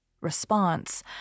Response